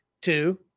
two